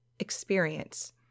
experience